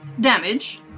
damage